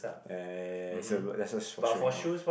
ya ya ya ya ya so that's just for showing off